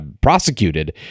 prosecuted